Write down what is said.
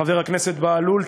חבר הכנסת בהלול,